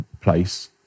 place